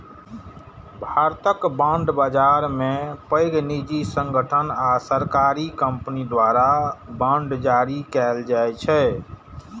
भारतक बांड बाजार मे पैघ निजी संगठन आ सरकारी कंपनी द्वारा बांड जारी कैल जाइ छै